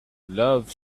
love